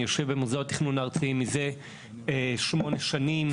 אני יושב במוסדות התכנון הארצי מזה שמונה שנים.